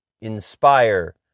inspire